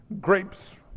grapes